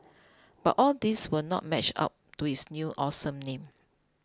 but all these will not match up to its new awesome name